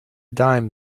dime